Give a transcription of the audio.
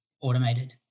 automated